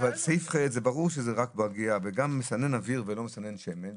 אבל סעיף (ח) זה ברור שזה רק בגיה וגם מסנן אוויר ולא מסנן שמן,